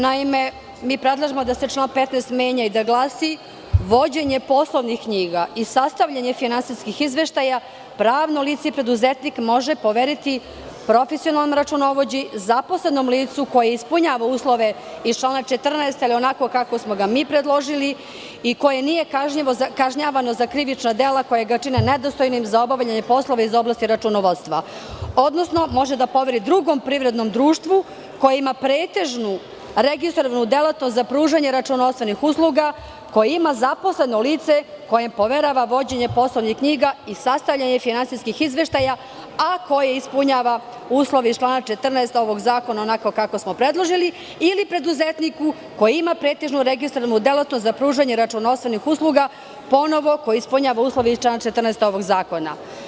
Naime, mi predlažemo da se član 15. menja i da glasi - vođenje poslovnih knjiga i sastavljanje finansijskih izveštaja pravno lice i preduzetnik može poveriti profesionalnom računovođi, zaposlenom licu koje ispunjava uslove iz član 14, ali onako kako smo ga mi predložili i koje nije kažnjavano za krivična dela koja ga čine nedostojnim za obavljanje poslova iz oblasti računovodstva, odnosno može da poveri drugom privrednom društvu koji ima pretežnu registrovanu delatnost za pružanje računovodstvenih usluga koje ima zaposleno lice kojem poverava vođenje poslovnih knjiga i sastavljanje finansijskih izveštaja, a koje ispunjava uslov iz člana 14. ovog zakona onako kako smo predložili, ili preduzetniku koji ima pretežnu registrovanu delatnost za pružanje računovodstvenih usluga, ponovo ko ispunjava uslove iz člana 14. ovog zakona.